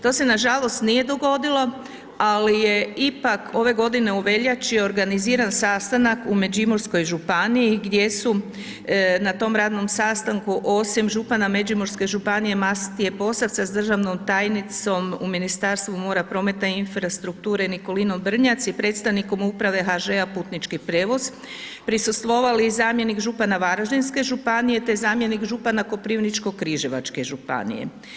To se nažalost nije dogodilo, ali je ipak ove godine u veljači organiziran sastanak u Međimurskoj županiji gdje su na tom radnom sastanku, osim župana Međimurske županije Matije Posavca s državnom tajnicom u Ministarstvu mora, prometa i infrastrukture Nikolinom Brnjac i predstavnikom uprave HŽ-a Putnički prijevoz, prisustvovali i zamjenik župana Varaždinske županije te zamjenik župana Koprivničko-križevačke županije.